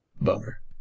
bummer